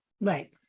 Right